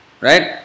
right